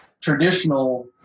traditional